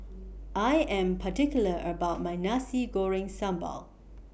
I Am particular about My Nasi Goreng Sambal